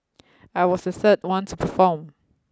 I was the third one to perform